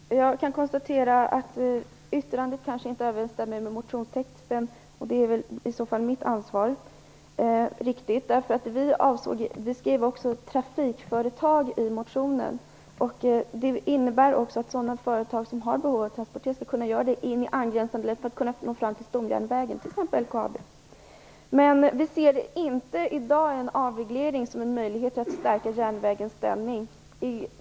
Fru talman! Jag kan konstatera att yttrandet inte riktigt överensstämmer med motionstexten. Det har jag ansvaret för. Vi skrev "trafikföretag" i motionen. Det innebär att företag som har behov av att transportera skall kunna göra det in i angränsande län för att nå fram till stomjärnvägen - t.ex. LKAB. Vi ser i dag inte en avreglering som en möjlighet att stärka järnvägens ställning.